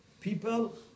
people